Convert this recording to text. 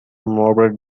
morbid